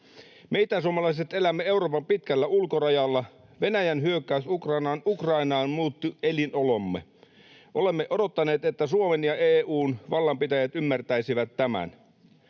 Me itäsuomalaiset elämme Euroopan pitkällä ulkorajalla. Venäjän hyökkäys Ukrainaan muutti elinolomme. Olemme odottaneet, että Suomen ja EU:n vallanpitäjät ymmärtäisivät tämän.